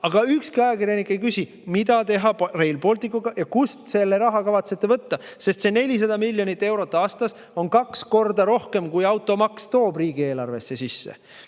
Kuid ükski ajakirjanik ei küsi, mida teha Rail Balticuga ja kust te selle raha kavatsete võtta. 400 miljonit eurot aastas on kaks korda rohkem, kui automaks toob riigieelarvesse sisse,